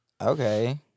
Okay